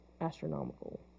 astronomical